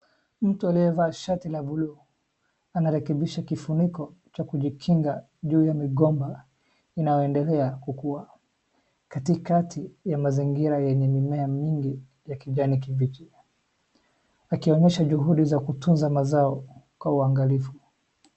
Mtu aliyevaa shati la bulu anarekebisha kifuniko cha kujikinga juu ya migomba inayoendela kukua katikati ya mazingira yenye mimea mingi ya kijani kimbichi. Akionyesha juhudi za kutunza mazao kwa uangalifu.